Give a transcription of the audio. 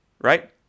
right